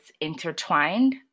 intertwined